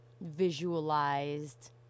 visualized